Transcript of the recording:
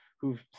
who've